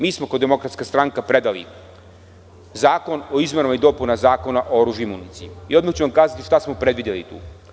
Mi smo kao DS predali Zakon o izmenama i dopunama Zakona o oružju i municiji i odmah ću vam kazati šta smo predvideli tu?